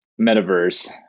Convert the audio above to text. Metaverse